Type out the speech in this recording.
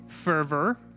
Fervor